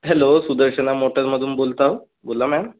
hello Sudarshana मोटर्समधून बोलत आहे बोला मॅम